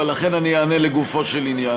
אבל לכן אני אענה לגופו של עניין.